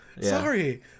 Sorry